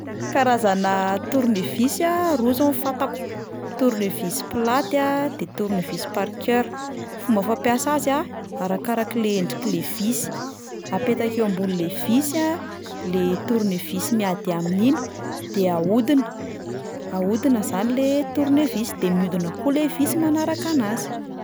Karazana tournevis a, roa zao no fantako: tournevis plat a de tournevis parker, fomba fampiasa azy a arakarak'le endrik'le visy, apetaka eo ambonin'le visy a le tournevis miady aminy iny de ahodina, ahodina zany le tournevis de mihodina koa le visy manaraka anazy.